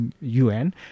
UN